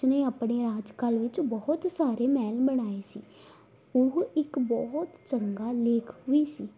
ਉਸਨੇ ਆਪਣੇ ਰਾਜਕਾਲ ਵਿੱਚ ਬਹੁਤ ਸਾਰੇ ਮਹਿਲ ਬਣਾਏ ਸੀ ਉਹ ਇੱਕ ਬਹੁਤ ਚੰਗਾ ਲੇਖਕ ਵੀ ਸੀ